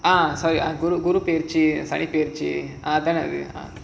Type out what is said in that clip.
ah குரு பெயர்ச்சி சனி பெயர்ச்சி அதானே அது:kuru peyarchi sani peyarchi adhaanae adhu